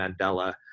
Mandela